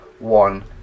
one